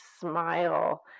smile